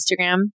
instagram